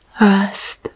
Rest